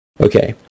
Okay